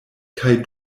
kaj